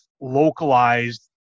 localized